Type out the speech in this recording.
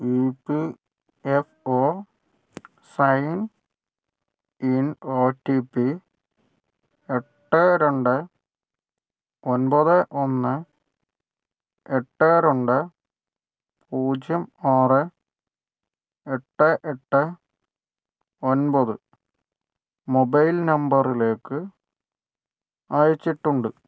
E P F O sign in O T P എട്ട് രണ്ട് ഒൻപത് ഒന്ന് എട്ട് രണ്ട് പൂജ്യം ആറ് എട്ട് എട്ട് ഒൻപത് മൊബൈൽ നമ്പറിലേക്ക് അയച്ചിട്ടുണ്ട്